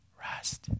Rest